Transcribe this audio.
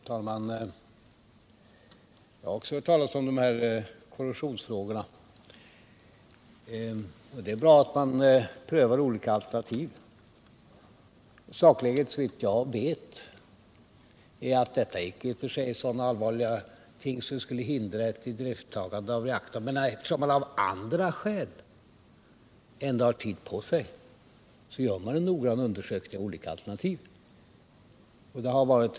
Herr talman! Jag har också hört talas om de här korrosionsfrågorna. Det är bra att man prövar olika alternativ. Sakläget är såvitt jag vet att detta i och för sig icke är så allvarliga ting att de skulle hindra ett idrifttagande av reaktorn, men eftersom man av andra skäl ändå har tid på sig gör man en noggrann undersökning av olika alternativ.